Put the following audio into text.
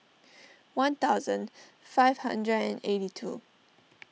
one thousand five hundred and eighty two